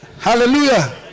Hallelujah